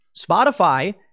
Spotify